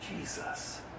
Jesus